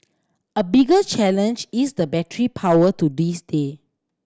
a bigger challenge is the battery power to this day